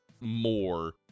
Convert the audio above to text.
more